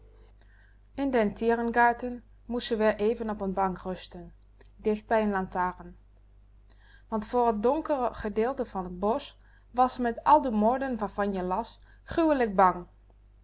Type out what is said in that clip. in den tiergarten moest ze weer even op n bank rusten dicht bij n lantaarn want voor t donker gedeelte van t bosch was ze met al de moorden waarvan je las gruwelijk bang